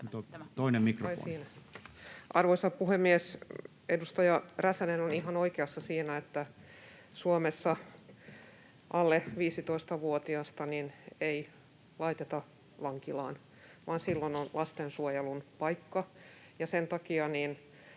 Arvoisa puhemies! Edustaja Räsänen on ihan oikeassa siinä, että Suomessa alle 15-vuotiasta ei laiteta vankilaan vaan silloin on lastensuojelun paikka. Ja kun